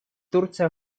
турция